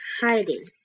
hiding